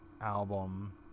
album